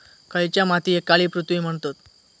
खयच्या मातीयेक काळी पृथ्वी म्हणतत?